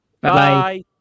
Bye